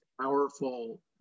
powerful